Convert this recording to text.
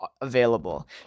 available